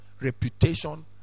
reputation